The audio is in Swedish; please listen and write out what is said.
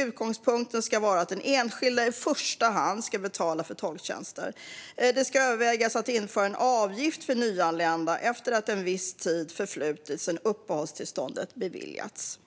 Utgångspunkten ska vara att den enskilde i första hand ska betala för tolktjänster. Det ska övervägas att införa en avgift för nyanlända efter att en viss tid förflutit sedan uppehållstillstånd beviljats."